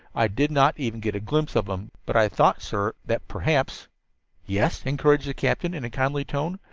i did not even get a glimpse of him. but i thought, sir, that perhaps yes, encouraged the captain in a kindly tone.